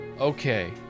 Okay